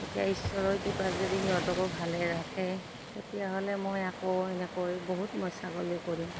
এতিয়া ঈশ্বৰৰ কৃপাত যদি সিহঁতকো ভালে ৰাখে তেতিয়াহ'লে মই আকৌ এনেকৈ বহুত মই ছাগলী কৰিম